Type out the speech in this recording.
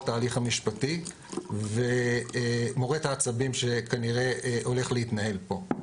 ההליך המשפטי מורט העצבים שכנראה הולך להתנהל פה.